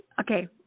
Okay